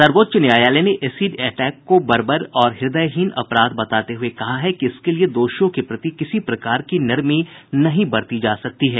सर्वोच्च न्यायालय ने एसिड अटैक को बर्बर और हृदयहीन अपराध बताते हुए कहा कि इसके लिए दोषियों के प्रति किसी प्रकार की नरमी नहीं बरती जा सकती है